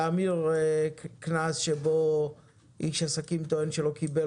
להמיר קנס שבו איש עסקים טוען שלא קיבל